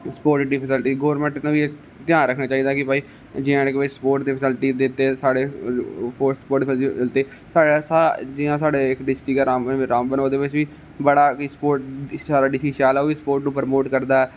sport च government ने बी ध्यान रक्खना चाहिदा कि भाई जे एंड के दे बिच स्पोट ते जियां साढ़े इक डिस्ट्रिक्ट ऐ रामबन ओहदे बिच बी बड़ा गै स्पोट साढ़े डीसी शैल ऐ ओ बी स्पोर्ट करदा ऐ